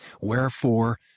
Wherefore